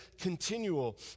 continual